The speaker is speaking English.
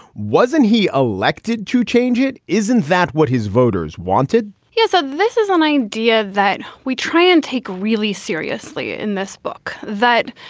wasn't he elected to change it? isn't that what his voters wanted? he has a so this is an idea that we try and take really seriously in this book that,